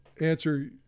answer